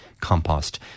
compost